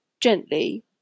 gently